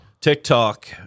TikTok